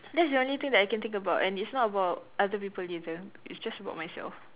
that's not the only thing that I can think about and it's not about other people either it's just about myself